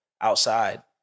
outside